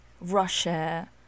russia